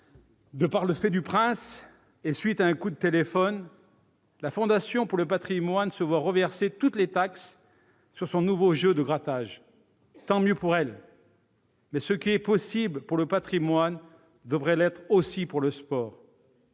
par le fait du prince, à la suite d'un coup de téléphone, la Fondation du patrimoine se voit reverser toutes les taxes issues de son nouveau jeu de grattage. Tant mieux pour elle, mais ce qui est possible pour le patrimoine devrait l'être pour le sport.